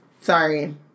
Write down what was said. Sorry